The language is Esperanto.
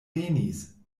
venis